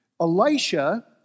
Elisha